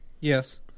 Yes